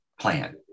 plan